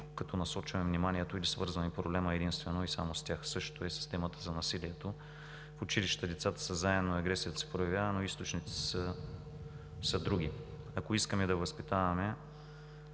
като насочваме вниманието или свързваме проблема единствено и само с тях. Същото е със системата за насилието – в училище децата са заедно, агресията се проявява, но източниците са други. Ако искаме да възпитаваме